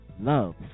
Love